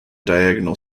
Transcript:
diagonal